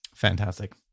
Fantastic